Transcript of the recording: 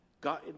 God